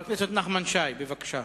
חבר הכנסת נחמן שי, בבקשה.